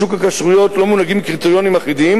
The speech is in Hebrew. בשוק הכשרויות לא מונהגים קריטריונים אחידים